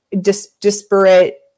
disparate